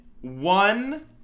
one